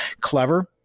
Clever